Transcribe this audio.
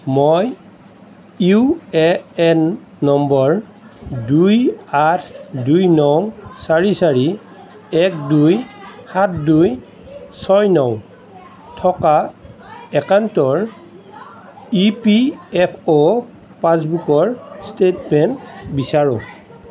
মই U A N নম্বৰ দুই আঠ দুই ন চাৰি চাৰি এক দুই সাত দুই ছয় ন থকা একাউণ্টৰ ই পি এফ অ' পাছবুকৰ ষ্টেটমেণ্ট বিচাৰোঁ